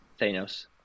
Thanos